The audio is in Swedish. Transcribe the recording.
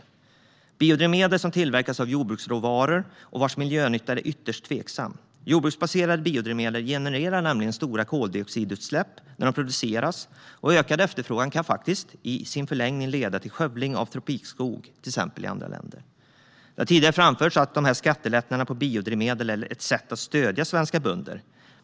Det är biodrivmedel som tillverkas av jordbruksråvaror och vars miljönytta är ytterst tveksam. Jordbruksbaserade biodrivmedel genererar nämligen stora koldioxidutsläpp när de produceras, och en ökad efterfrågan kan faktiskt i förlängningen leda till skövling av till exempel tropikskog i andra länder. Det har tidigare framförts att skattelättnader på biodrivmedel är ett sätt att stödja svenska bönder.